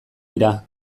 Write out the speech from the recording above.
dira